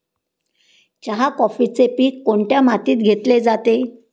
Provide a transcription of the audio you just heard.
चहा, कॉफीचे पीक कोणत्या मातीत घेतले जाते?